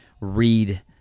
read